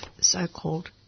so-called